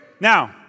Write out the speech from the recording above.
now